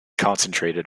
concentrated